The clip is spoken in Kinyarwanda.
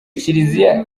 kiliziya